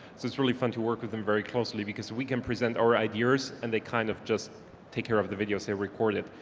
it's it's really fun to work with them very closely because we can present our ideas and they kind of just take care of the videos, they record it.